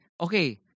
okay